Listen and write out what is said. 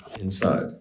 inside